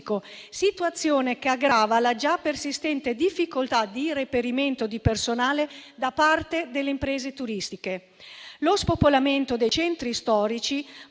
situazione che aggravava la già persistente difficoltà di reperimento di personale da parte delle imprese turistiche. Lo spopolamento dei centri storici